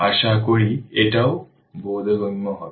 আশা করি এটাও বোধগম্য হবে